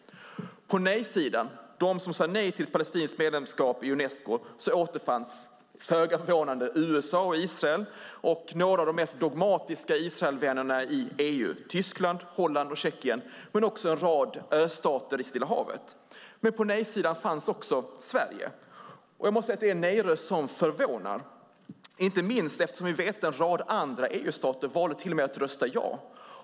På nej-sidan, bland dem som sade nej till ett palestinskt medlemskap i Unesco, återfanns föga förvånande USA och Israel samt några av de mest dogmatiska Israelvännerna i EU, Tyskland, Holland och Tjeckien, men också en rad ö-stater i Stilla havet. På nej-sidan fanns också Sverige. Jag måste säga att det är en nej-röst som förvånar, inte minst eftersom vi vet att en rad andra EU-stater valde att till och med rösta ja.